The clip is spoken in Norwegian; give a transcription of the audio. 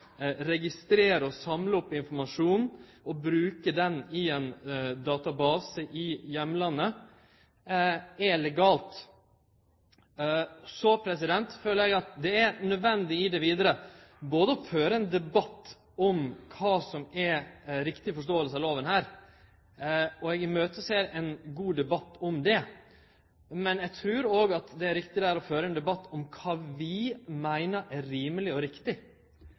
samle informasjon og bruke dette i ein database i heimlandet er legalt. Eg føler at det vidare er nødvendig å føre ein debatt om kva som er ei riktig forståing av lova, og eg ser fram til ein god debatt om det. Men eg trur òg det er riktig å føre ein debatt om kva vi meiner er rimeleg og riktig.